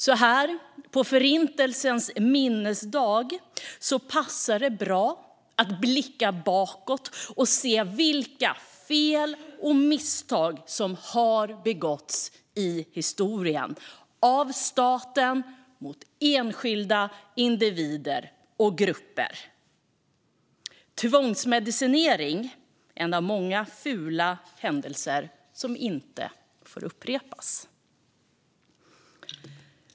Så här på Förintelsens minnesdag passar det bra att blicka bakåt och se vilka fel och misstag som historiskt har begåtts av staten gentemot enskilda individer och grupper. Tvångsmedicinering är en av många fula händelser som inte får upprepas.